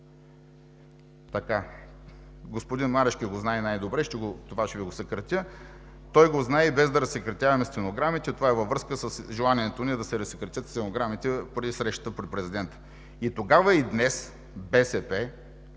ясно. Господин Марешки го знае най-добре“. Това ще Ви го съкратя. „Той го знае и без да разсекретяваме стенограмите“. Това е във връзка с желанието ни да се разсекретят стенограмите преди срещата при президента. И тогава, и днес БСП